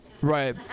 right